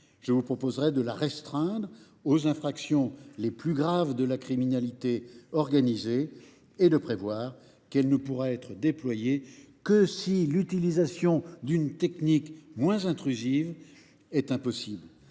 Je vous proposerai de la restreindre aux infractions les plus graves de la criminalité organisée et de prévoir qu’elle ne pourra être déployée que si l’utilisation d’une technique moins intrusive est impossible.